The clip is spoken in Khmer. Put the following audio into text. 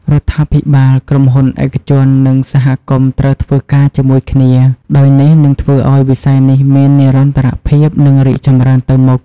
រដ្ឋាភិបាល ក្រុមហ៊ុនឯកជននិងសហគមន៍ត្រូវធ្វើការជាមួយគ្នា ដោយនេះនឹងធ្វើឲ្យវិស័យនេះមាននិរន្តរភាពនិងរីកចម្រើនទៅមុខ។